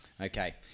Okay